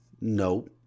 Nope